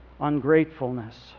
ungratefulness